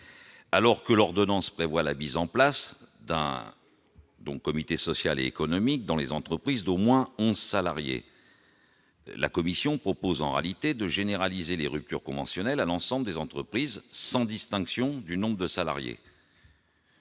alors que l'ordonnance prévoit la mise en place d'un don comité social économique dans les entreprises d'au moins 11 salariés, la commission propose en réalité de généraliser les ruptures conventionnelles à l'ensemble des entreprises sans distinction du nombre de salariés.